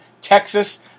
Texas